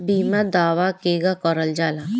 बीमा दावा केगा करल जाला?